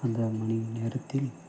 அந்த மணி நேரத்தில்